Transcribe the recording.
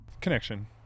connection